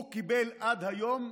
הוא קיבל עד היום